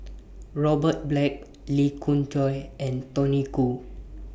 Robert Black Lee Khoon Choy and Tony Khoo